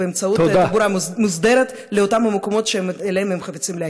באמצעות תחבורה מוסדרת לאותם המקומות שאליהם הם חפצים להגיע.